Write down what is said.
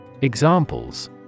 Examples